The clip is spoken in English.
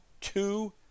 two